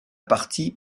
partie